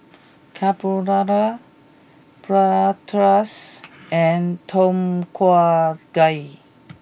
Carbonara Bratwurst and Tom Kha Gai